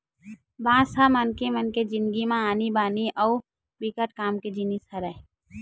बांस ह मनखे मन के जिनगी म आनी बानी अउ बिकट काम के जिनिस हरय